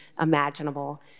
imaginable